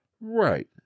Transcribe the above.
Right